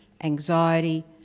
anxiety